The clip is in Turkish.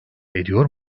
ediyor